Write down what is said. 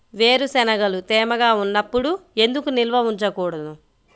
వేరుశనగలు తేమగా ఉన్నప్పుడు ఎందుకు నిల్వ ఉంచకూడదు?